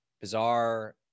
bizarre